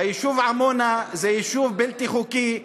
היישוב עמונה הוא יישוב בלתי חוקי,